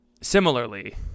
similarly